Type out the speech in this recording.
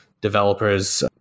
developers